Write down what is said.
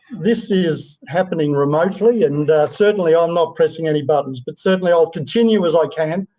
this is happening remotely, and certainly i'm not pressing any buttons, but certainly i'll continue as i can.